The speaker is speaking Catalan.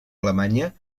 alemanya